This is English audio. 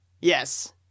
Yes